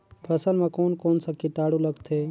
फसल मा कोन कोन सा कीटाणु लगथे?